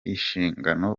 inshingano